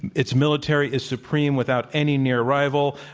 its military is supreme without any near rival,